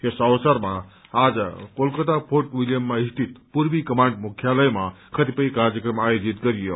यस अवसरमा आज कोलकता फोर्ट विलियममा पूर्वी कमाण्ड मुख्यालयमा क्रतिपय कार्यक्रम आयोजित गरियो